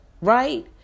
Right